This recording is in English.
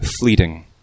Fleeting